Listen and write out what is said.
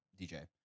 DJ